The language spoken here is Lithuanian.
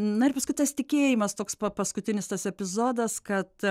na ir paskui tas tikėjimas toks pa paskutinis tas epizodas kad